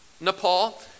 Nepal